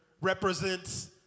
represents